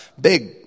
big